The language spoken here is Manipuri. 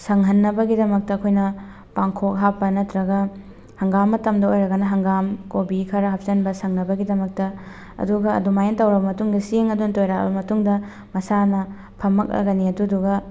ꯁꯪꯍꯟꯅꯕꯒꯤꯗꯃꯛꯇ ꯑꯩꯈꯣꯏꯅ ꯄꯥꯡꯈꯣꯛ ꯍꯥꯞꯄ ꯅꯠꯇ꯭ꯔꯒ ꯍꯪꯒꯥꯝ ꯃꯇꯃꯗ ꯑꯣꯏꯔꯒꯅ ꯍꯪꯒꯥꯝ ꯀꯣꯕꯤ ꯈꯔ ꯍꯥꯞꯆꯤꯟꯕ ꯁꯪꯅꯕꯒꯤꯗꯃꯛꯇ ꯑꯗꯨꯒ ꯑꯗꯨꯃꯥꯏ ꯇꯧꯔ ꯃꯇꯨꯡꯗ ꯆꯦꯡ ꯑꯗꯨꯅ ꯇꯣꯏꯔꯛꯑꯕ ꯃꯇꯨꯡꯗ ꯃꯁꯥꯅ ꯐꯝꯃꯛꯑꯒꯅꯤ ꯑꯗꯨꯗꯨꯒ